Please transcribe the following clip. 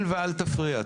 יהודים וערבים,